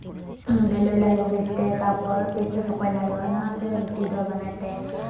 ᱵᱮᱞᱚᱞᱟᱭ ᱦᱩᱭᱩᱜᱼᱟ ᱵᱮᱥᱛᱮ ᱛᱟᱨᱯᱚᱨ ᱵᱮᱥᱛᱮ ᱥᱚᱠᱚᱭ ᱞᱟᱦᱟᱭ ᱦᱩᱭᱩᱜᱼᱟ ᱚᱱᱮ ᱚᱱᱟᱛᱮ ᱨᱩᱴᱤ ᱫᱚ ᱵᱟᱱᱟᱭᱛᱮ